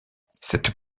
cette